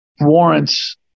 warrants